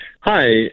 Hi